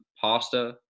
pasta